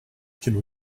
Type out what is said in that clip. can